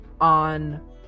on